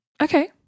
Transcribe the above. Okay